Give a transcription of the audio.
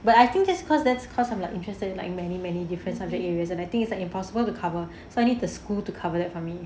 but I think this cause that's because I'm interested in like many many different subject areas and I think it's impossible to cover so I need the school to cover it for me